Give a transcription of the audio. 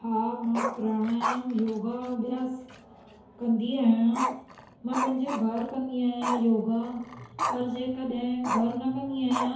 हा मां प्रणायाम योगा अभ्यासु कंदी आहियां मां पंहिंजे घरु कंदी आहियां योगा अर जेकॾहिं घरु न कंदी आहियां